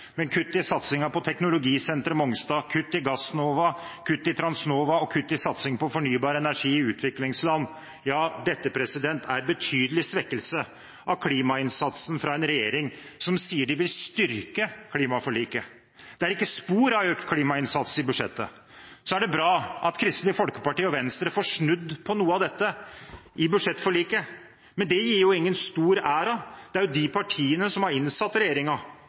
men kuttet i satsingen på teknologisenteret på Mongstad, kutt i Gassnova, kutt i Transnova og kutt i satsing på fornybar energi i utviklingsland, ja dette er en betydelig svekkelse av klimainnsatsen fra en regjering som sier de vil styrke klimaforliket. Det er ikke spor av økt klimainnsats i budsjettet. Så er det bra at Kristelig Folkeparti og Venstre får snudd på noe av dette i budsjettforliket. Men det gir jo ingen stor ære – det er jo de partiene som har innsatt